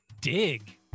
Dig